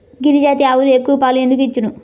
గిరిజాతి ఆవులు ఎక్కువ పాలు ఎందుకు ఇచ్చును?